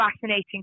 fascinating